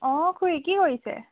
অঁ খুুৰী কি কৰিছে